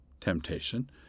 temptation